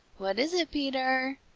what is it, peter?